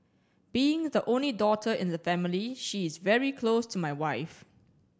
being the only daughter in the family she is very close to my wife